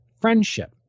friendship